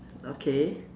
okay